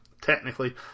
technically